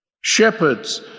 Shepherds